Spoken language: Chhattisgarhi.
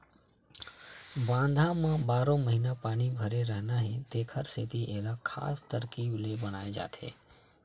बांधा म बारो महिना पानी भरे रहना हे तेखर सेती एला खास तरकीब ले बनाए जाथे